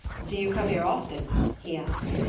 do you come here often? he asked.